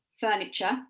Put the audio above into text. furniture